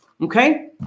okay